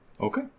Okay